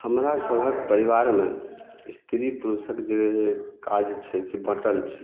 हमरा सभक परिबारमे स्त्री पुरुषके जे काज छै से बँटल छै